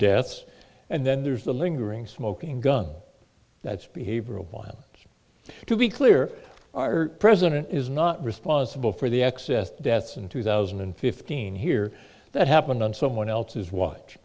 deaths and then there's the lingering smoking gun that's behavioral one to be clear our president is not responsible for the excess deaths in two thousand and fifteen here that happened on someone else's watch